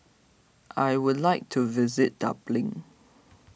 I would like to visit Dublin